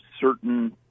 certain